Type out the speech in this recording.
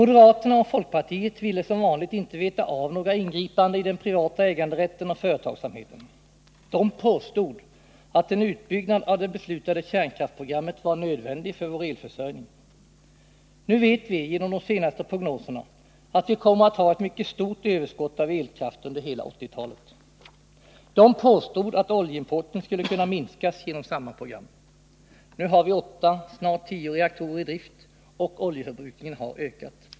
Moderaterna och folkpartiet ville som vanligt inte veta av några ingripanden i den privata äganderätten och företagsamheten. De påstod att en utbyggnad av det beslutade kärnkraftsprogrammet var nödvändig för vår elförsörjning. Nu vet vi, genom de senaste prognoserna, att vi kommer att ha ett mycket stort överskott av elkraft under hela 1980-talet. De påstod att oljeimporten skulle kunna minskas genom samma program. Nu har vi åtta, snart tio, reaktorer i drift, och oljeförbrukningen har ökat.